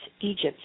Egypt